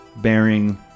bearing